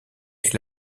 est